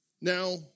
Now